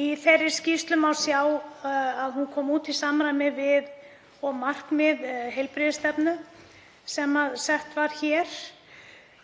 Í þeirri skýrslu má sjá að hún kom út í samræmi við markmið heilbrigðisstefnu sem sett var hér.